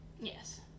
Yes